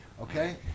okay